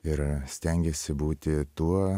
ir stengiesi būti tuo